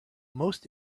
most